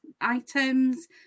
items